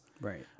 Right